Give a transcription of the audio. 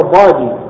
body